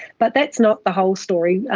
but that's not the whole story.